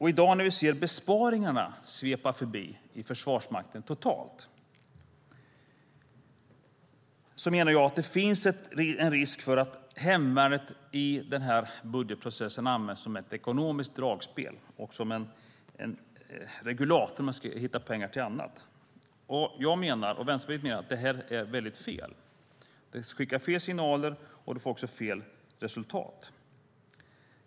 I dag, när vi ser besparingarna svepa över Försvarsmakten, finns det en risk för att hemvärnet ibland används som ett ekonomiskt dragspel och en regulator när man ska hitta pengar till annat. Jag och Vänsterpartiet menar att detta är fel. Det sänder fel signaler och får fel resultat.